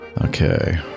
okay